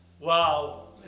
Wow